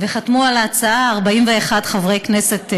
וחתמו על ההצעה 41 חברי כנסת נוספים.